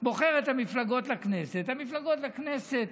בוחר את המפלגות לכנסת, המפלגות בכנסת